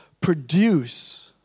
produce